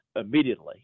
immediately